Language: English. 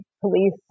police